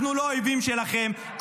אנחנו לא האויבים שלכם,